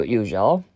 usual